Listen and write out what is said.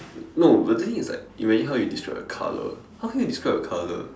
no the thing is like imagine how you describe a color how can you describe a color